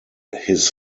his